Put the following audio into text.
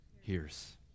hears